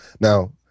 Now